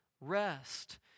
rest